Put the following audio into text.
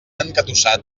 engatussat